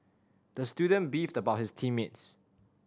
the student beefed about his team mates